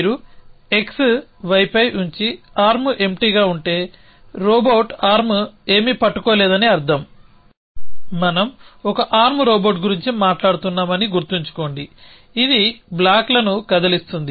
మీరు x y పై ఉండి ఆర్మ్ ఎంప్టీగా ఉంటే రోబోట్ ఆర్మ్ ఏమీ పట్టుకోలేదని అర్థం మనం ఒక ఆర్మ్ రోబోట్ గురించి మాట్లాడుతున్నామని గుర్తుంచుకోండి' ఇది బ్లాక్లను కదిలిస్తుంది